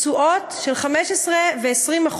תשואות של 15% ו-20%,